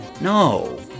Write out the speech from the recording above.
No